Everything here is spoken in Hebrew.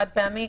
חד-פעמי,